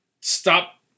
stop